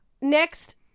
Next